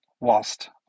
whilst